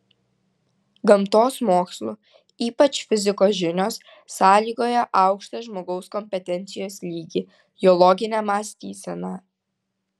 gamtos mokslų ypač fizikos žinios sąlygoja aukštą žmogaus kompetencijos lygį jo loginę mąstyseną